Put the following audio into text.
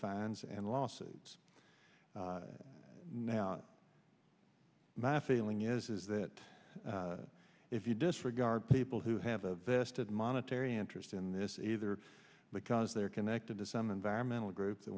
fines and lawsuits now my feeling is that if you disregard people who have a vested monetary interest in this either because they're connected to some environmental group that